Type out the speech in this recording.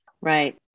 Right